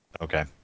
Okay